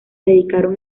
dedicaron